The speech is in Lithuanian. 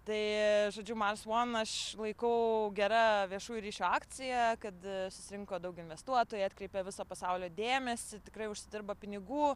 tai žodžiumars one aš laikau gera viešųjų ryšių akcija kad susirinko daug investuotojų atkreipė viso pasaulio dėmesį tikrai užsidirba pinigų